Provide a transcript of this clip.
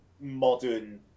modern